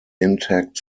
intact